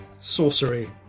sorcery